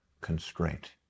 constraint